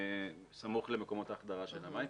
סמוך מקומות החדרה של המים.